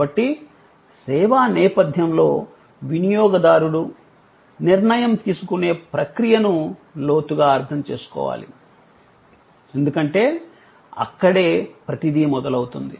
కాబట్టి సేవా నేపధ్యంలో వినియోగదారుడు నిర్ణయం తీసుకునే ప్రక్రియను లోతుగా అర్థం చేసుకోవాలి ఎందుకంటే అక్కడే ప్రతిదీ మొదలవుతుంది